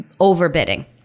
overbidding